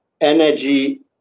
energy